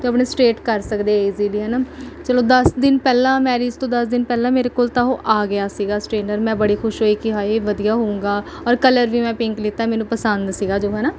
ਤਾਂ ਆਪਣਾ ਸਟਰੇਟ ਕਰ ਸਕਦੇ ਈਜ਼ੀਲੀ ਹੈ ਨਾ ਚਲੋ ਦਸ ਦਿਨ ਪਹਿਲਾਂ ਮੈਰਿਜ ਤੋਂ ਦਸ ਦਿਨ ਪਹਿਲਾਂ ਮੇਰੇ ਕੋਲ ਤਾਂ ਉਹ ਆ ਗਿਆ ਸੀਗਾ ਸਟੇਨਰ ਮੈਂ ਬੜੀ ਖੁਸ਼ ਹੋਈ ਕਿ ਹਾਏ ਵਧੀਆ ਹੋਵੇਗਾ ਔਰ ਕਲਰ ਵੀ ਮੈਂ ਪਿੰਕ ਲੀਤਾ ਮੈਨੂੰ ਪਸੰਦ ਸੀਗਾ ਜੋ ਹੈ ਨਾ